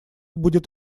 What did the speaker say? будет